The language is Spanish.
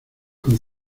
con